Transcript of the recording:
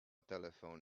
telephone